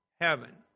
heaven